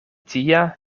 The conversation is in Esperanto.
tia